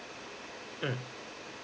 mm